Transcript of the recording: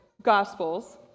Gospels